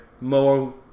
more